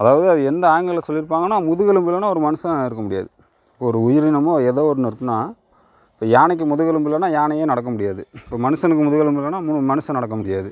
அதாவது அது எந்த ஆங்கிளில் சொல்லியிருப்பாங்கன்னா முதுகெலும்பு இல்லைனா ஒரு மனுஷன் இருக்க முடியாது ஒரு உயிரினமும் எதோ ஒன்று இருக்குன்னா இப்போ யானைக்கு முதுகெலும்பு இல்லைனா யானையே நடக்க முடியாது இப்போ மனுஷங்களுக்கு முதுகெலும்பு இல்லைனா மனுஷன் நடக்க முடியாது